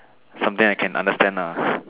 something I can understand ah